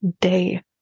day